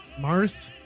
Marth